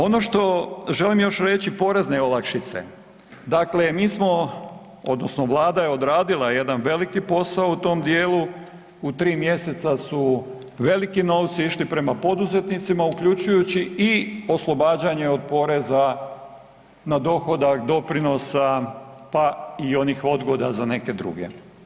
Ono što želim još reći porezne olakšice, dakle mi smo odnosno Vlada je odradila jedan veliki posao u tom dijelu u 3 mjeseca su veliki novci išli prema poduzetnicima uključujući i oslobađanje od poreza na dohodak, doprinosa pa i onih odgoda za neke druge.